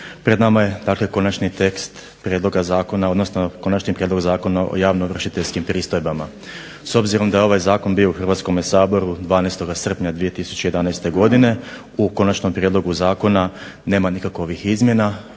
Pred nama je dakle konačni tekst prijedloga zakona, odnosno Konačni prijedlog Zakona o javnoovršiteljskim pristojbama. S obzirom da je ovaj zakon bio u Hrvatskome saboru 12. srpnja 2011. godine u konačnom prijedlogu zakona nema nikakovih izmjena,